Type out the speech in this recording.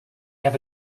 have